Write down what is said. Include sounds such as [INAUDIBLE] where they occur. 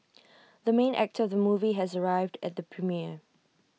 [NOISE] the main actor of the movie has arrived at the premiere